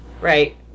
right